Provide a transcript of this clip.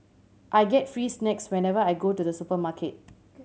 I get free snacks whenever I go to the supermarket